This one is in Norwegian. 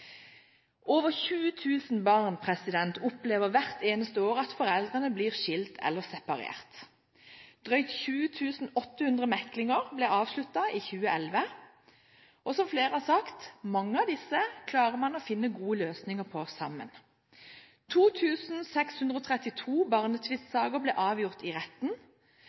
Over 20 000 barn opplever hvert eneste år at foreldrene blir skilt eller separert. Drøyt 20 800 meklinger ble avsluttet i 2011, og som flere har sagt, mange av disse klarer man å finne gode løsninger på sammen. 2 632 barnetvistsaker ble avgjort i retten.